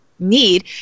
need